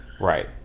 Right